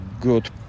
good